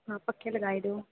कि पक्खे लाई देओ